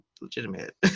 legitimate